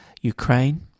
Ukraine